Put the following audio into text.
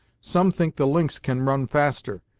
some think the lynx can run fastest,